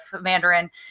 Mandarin